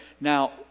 now